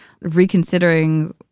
reconsidering